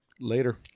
Later